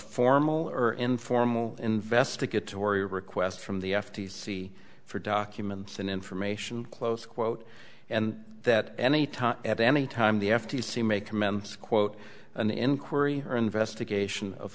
formal or informal investigatory request from the f t c for documents and information close quote and that anytime at any time the f t c make amends quote an inquiry or investigation of